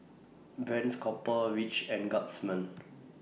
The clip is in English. Brand's Copper Ridge and Guardsman